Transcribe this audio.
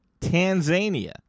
Tanzania